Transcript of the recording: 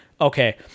okay